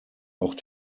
auch